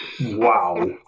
Wow